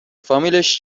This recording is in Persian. فامیلش